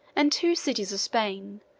and two cities of spain,